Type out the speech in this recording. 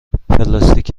پلاستیک